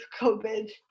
COVID